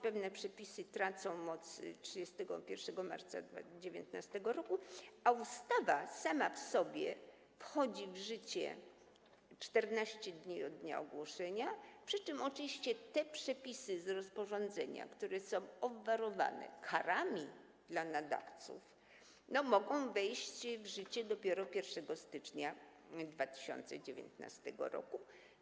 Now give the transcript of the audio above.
Pewne przepisy tracą moc 31 marca 2019 r., a ustawa sama w sobie wchodzi w życie 14 dni od dnia ogłoszenia, przy czym oczywiście te przepisy z rozporządzenia, które są obwarowane karami dla nadawców, mogą wejść w życie dopiero 1 stycznia 2019 r.